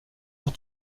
sur